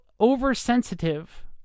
oversensitive